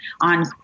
on